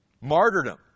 martyrdom